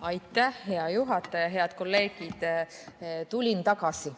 Aitäh, hea juhataja! Head kolleegid! Tulin tagasi,